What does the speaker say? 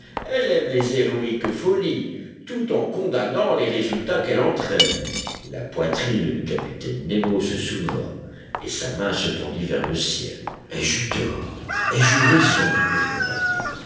elle aime les héroïques folies tout en condamnant les résultats qu'elles entraînent la poitrine du capitaine nemo se souleva et sa main se tendit vers le ciel ai-je eu tort ai-je eu